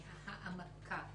מההעמקה.